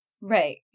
right